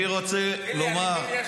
אני רוצה לומר --- קינלי,